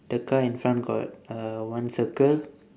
the car in front got uh one circle